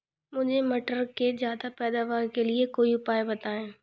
मुझे मटर के ज्यादा पैदावार के लिए कोई उपाय बताए?